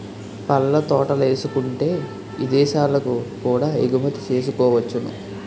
పళ్ళ తోటలేసుకుంటే ఇదేశాలకు కూడా ఎగుమతి సేసుకోవచ్చును